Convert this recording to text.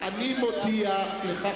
אני מודיע לך,